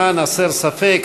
למען הסר ספק,